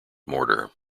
mortar